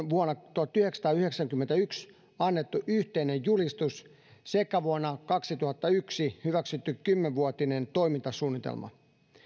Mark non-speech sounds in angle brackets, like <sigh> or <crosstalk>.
<unintelligible> vuonna tuhatyhdeksänsataayhdeksänkymmentäyksi annettu yhteinen julistus sekä vuonna kaksituhattayksi hyväksytty kymmenvuotinen toimintasuunnitelma